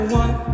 one